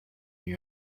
new